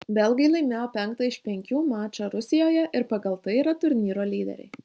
belgai laimėjo penktą iš penkių mačą rusijoje ir pagal tai yra turnyro lyderiai